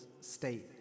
state